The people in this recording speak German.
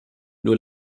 nur